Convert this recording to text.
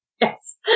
Yes